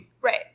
Right